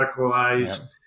radicalized